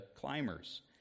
climbers